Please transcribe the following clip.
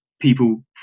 people